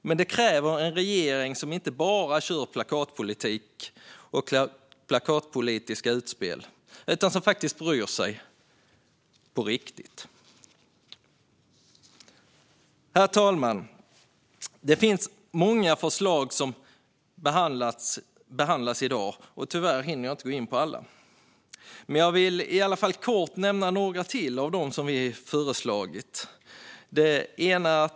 Men det kräver en regering som inte bara kör plakatpolitik och gör plakatpolitiska utspel utan faktiskt bryr sig på riktigt. Herr talman! Många förslag behandlas i dag, och tyvärr hinner jag inte gå in på alla. Men jag vill i alla fall kort nämna några till av dem som vi har lagt fram.